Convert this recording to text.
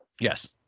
yes